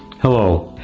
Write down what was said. hello.